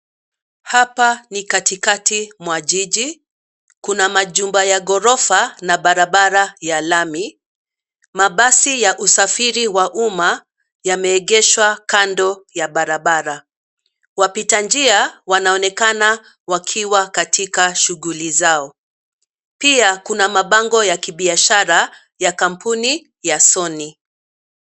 Hapa ni katikati mwa jiji. Kuna majumba ya gorofa na barabara ya lami. Mabasi ya usafiri wa umma yameegeshwa kando ya barabara. Wapita njia wanaonekana wakiwa katika shughuli zao. Pia kuna mabango ya kibiashara ya kampuni ya Sony .